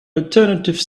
alternative